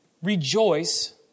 Rejoice